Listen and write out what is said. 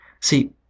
See